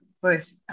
first